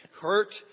hurt